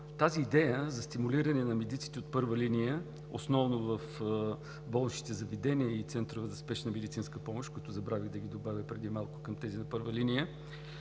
Тази идея за стимулиране на медиците от първа линия основно в болничните заведения и центровете за спешна медицинска помощ, които забравих да добавя преди малко към тези на първа линия,